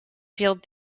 field